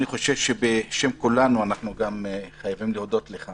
בשם כולנו אנחנו חייבים להודות לך